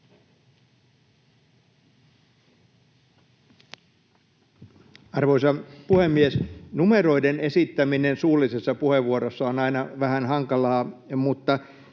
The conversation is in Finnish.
Arvoisa puhemies! Numeroiden esittäminen suullisessa puheenvuorossa on aina vähän hankalaa. Mutta